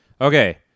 Okay